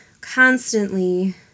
constantly